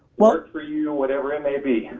work for you, whatever it may be,